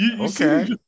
Okay